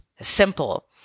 Simple